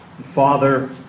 Father